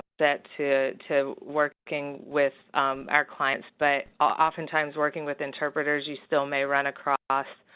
but to to working with our clients, but often times, working with interpreters, you still may run across